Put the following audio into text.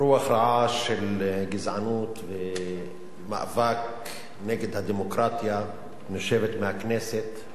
רוח רעה של גזענות ומאבק נגד הדמוקרטיה נושבת מהכנסת,